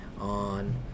on